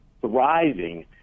thriving